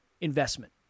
investment